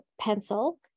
pencil